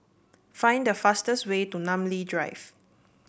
find the fastest way to Namly Drive